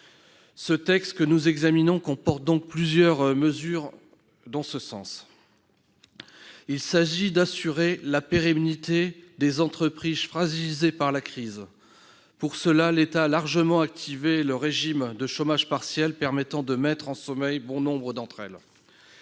Ce texte que nous examinons comporte plusieurs mesures en ce sens. Il s'agit d'assurer la pérennité des entreprises fragilisées par la crise. Pour cela, l'État a largement activé le régime de chômage partiel, permettant de mettre en sommeil bon nombre d'entre elles.